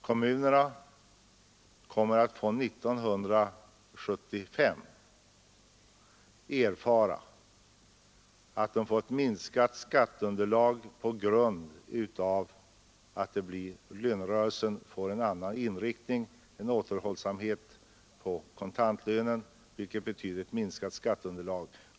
Kommunerna kommer att från år 1975 få kännas vid ett minskat skatteunderlag på grund av återhållsamhet i kontantlönekraven i avtalsförhandlingarna.